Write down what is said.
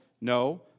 No